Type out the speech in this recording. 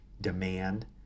demand